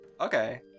okay